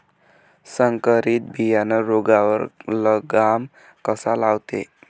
संकरीत बियानं रोगावर लगाम कसा लावते?